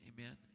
Amen